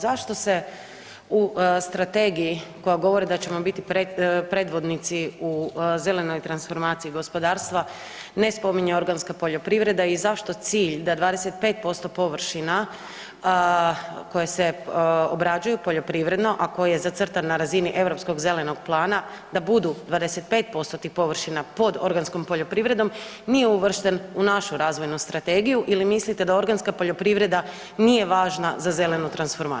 Zašto se u strategiji koja govori da ćemo biti predvodnici u zelenoj transformaciji gospodarstva ne spominje organska poljoprivreda i zašto cilj da 25% površina koje se obrađuju poljoprivredno, a koji je zacrtan na razini Europskog zelenog plana da budu 25% tih površina pod organskom poljoprivredom nije uvršten u našu razvojnu strategiju ili mislite da organska poljoprivreda nije važna za zelenu transformaciju.